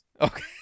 Okay